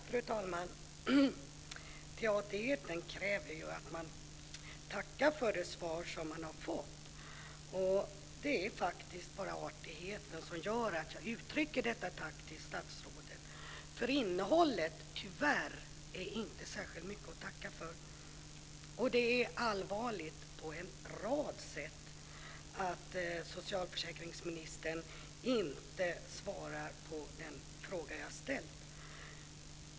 Fru talman! Artigheten kräver att man tackar för det svar som man har fått. Det är bara artigheten som gör att jag uttrycker detta tack till statsrådet. Innehållet är tyvärr inte särskilt mycket att tacka för. Det är på flera sätt allvarligt att socialförsäkringsministern inte svarar på den fråga jag har ställt.